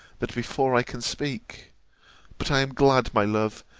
that before i can speak but i am glad, my love,